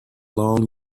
long